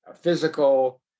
physical